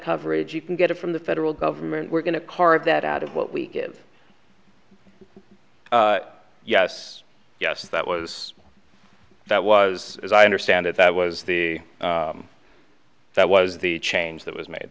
coverage you can get it from the federal government we're going to carve that out of what we give yes yes that was that was as i understand it that was the that was the change that was made